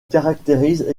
caractérise